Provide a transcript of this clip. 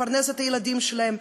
לפרנס את הילדים שלהם?